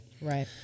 Right